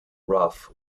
rough